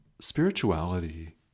Spirituality